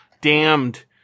damned